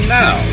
now